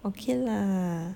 okay lah